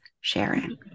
sharing